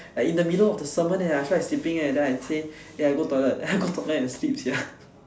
like in the middle of the sermon eh I feel like sleeping eh then I say eh I go toilet then I go toilet adn sleep sia